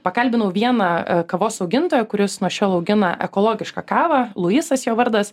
pakalbinau vieną a kavos augintoją kuris nuo šiol augina ekologišką kavą luisas jo vardas